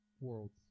worlds